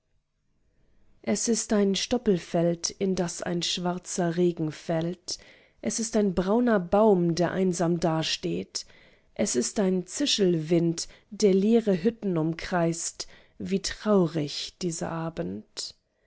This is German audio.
es ist ein stoppelfeld in das ein schwarzer regen fällt es ist ein brauner baum der einsam dasteht es ist ein zischelwind der leere hütten umkreist wie traurig dieser abend